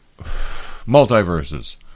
Multiverses